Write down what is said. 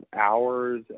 hours